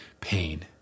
pain